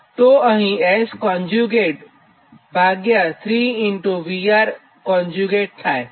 તો અહીં S conjugate ભાગ્યા 3VR થાય છે